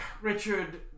Richard